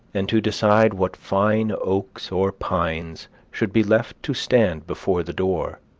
and to decide what fine oaks or pines should be left to stand before the door,